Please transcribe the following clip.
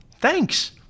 Thanks